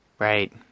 Right